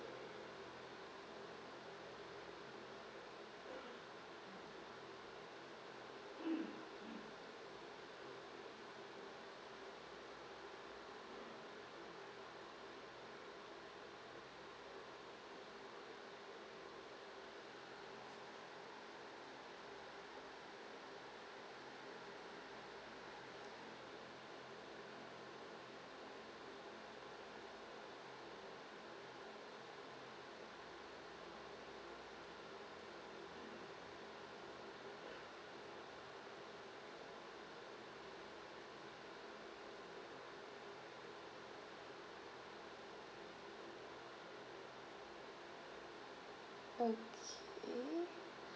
okay